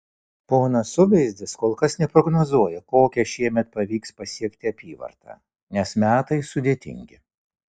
ponas suveizdis kol kas neprognozuoja kokią šiemet pavyks pasiekti apyvartą nes metai sudėtingi